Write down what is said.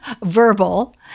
verbal